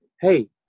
hey